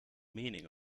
meaning